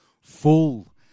full